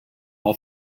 all